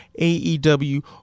AEW